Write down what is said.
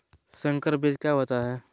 संकर बीज क्या होता है?